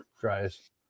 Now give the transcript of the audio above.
dries